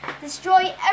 Destroy